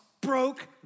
broke